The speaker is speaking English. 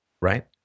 Right